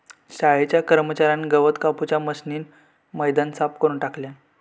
शाळेच्या कर्मच्यार्यान गवत कापूच्या मशीनीन मैदान साफ करून टाकल्यान